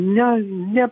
ne ne